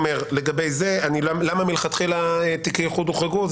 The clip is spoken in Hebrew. למה מלכתחילה תיקי איחוד הוחרגו?